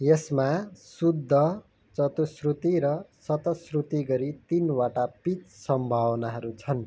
यसमा शुद्ध चतुस्रुति र सतस्रुति गरी तिनवटा पिच सम्भावनाहरू छन्